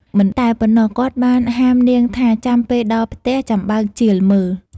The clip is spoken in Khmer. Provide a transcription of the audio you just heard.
មិនតែប៉ុណ្ណោះ គាត់បានហាមនាងថាចាំពេលដល់ផ្ទះចាំបើកជាលមើល។